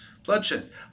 bloodshed